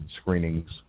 screenings